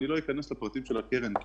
אני לא אכנס לפרטים של הקרן,